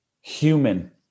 human